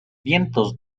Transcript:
vientos